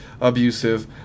abusive